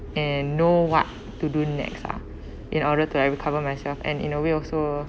and know what to do next lah in order to recover myself and in a way also